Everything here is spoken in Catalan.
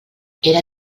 era